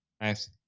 Nice